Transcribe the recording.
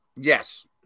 yes